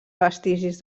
vestigis